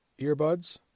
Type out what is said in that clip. earbuds